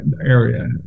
area